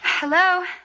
Hello